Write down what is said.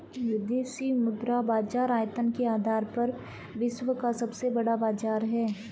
विदेशी मुद्रा बाजार आयतन के आधार पर विश्व का सबसे बड़ा बाज़ार है